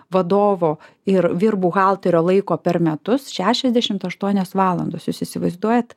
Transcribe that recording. vadovo ir vyr buhalterio laiko per metus šešiasdešimt aštuonios valandos jūs įsivaizduojat